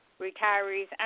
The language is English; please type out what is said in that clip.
retirees